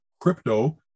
crypto